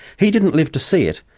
he didn't live to see it,